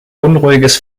unruhiges